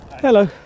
Hello